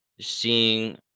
seeing